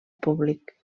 públic